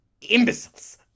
imbeciles